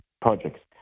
projects